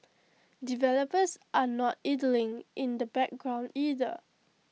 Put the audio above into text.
developers are not idling in the background either